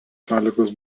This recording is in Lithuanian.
sąlygos